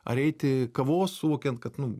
ar eiti kavos suvokiant kad nu